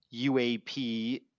UAP